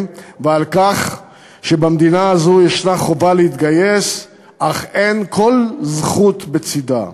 ועל כך שבמדינה הזאת ישנה חובה להתגייס אך אין כל זכות בצדה,